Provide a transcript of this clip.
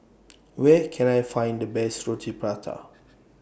Where Can I Find The Best Roti Prata